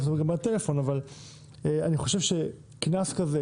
אני חושב שקנס כזה,